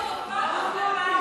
ואתה עובר אותו פעם אחרי פעם,